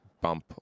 bump